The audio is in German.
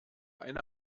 eine